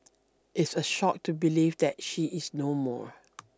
it's a shock to believe that she is no more